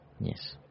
Yes